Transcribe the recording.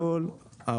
יש היתרים.